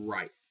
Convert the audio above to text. Right